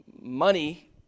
Money